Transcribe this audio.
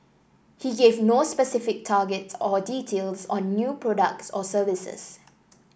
he gave no specific target or details on new products or services